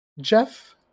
Jeff